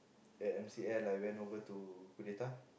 at M_C_L like I went on to coup d'etat